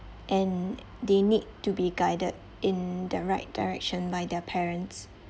and they need to be guided in the right direction by their parents